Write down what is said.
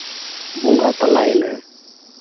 ᱵᱚᱸᱜᱟ ᱛᱟᱞᱟᱭᱱᱟ